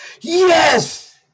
yes